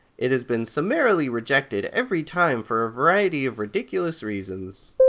it has been summarily rejected every time for a variety of ridiculous reasons.